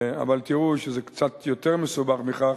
אבל תראו שזה קצת יותר מסובך מכך,